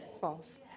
False